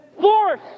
force